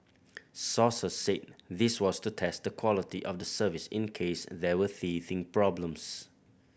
sources said this was to test the quality of the service in case there were teething problems